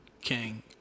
King